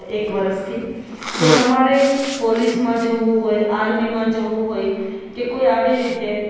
એક વરસથી તો તમારે પોલીસમાં જવું હોય આર્મીમાં જવું હોય કે કોઈ આવી રીતે